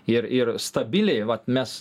ir ir stabiliai vat mes